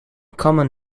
common